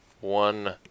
one